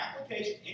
application